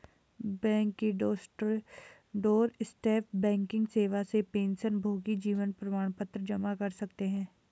bank की doorstep banking सेवा से पेंशनभोगी जीवन प्रमाण पत्र जमा कर सकते हैं